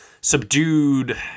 subdued